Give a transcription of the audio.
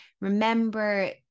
Remember